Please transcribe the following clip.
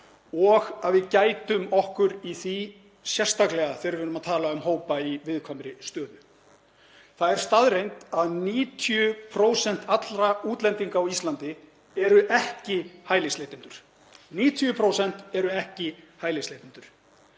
og að við gætum okkar í því, sérstaklega þegar við erum að tala um hópa í viðkvæmri stöðu. Það er staðreynd að 90% allra útlendinga á Íslandi eru ekki hælisleitendur. 90% eru ekki hælisleitendur.